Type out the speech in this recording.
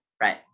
right